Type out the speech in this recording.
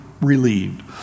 relieved